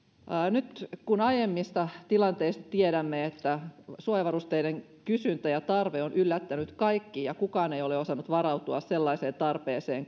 nyt aiemmista tilanteista tiedämme että suojavarusteiden kysyntä ja tarve on yllättänyt kaikki ja kukaan ei ole osannut varautua sellaiseen tarpeeseen